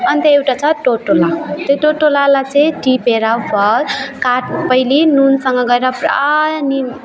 अनि त एउटा छ टोटोला त्यो टोटोलालाई चाहिँ टिपेर फस् काट् पहिले नुनसँग गएर पुरा निम्